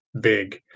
big